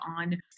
on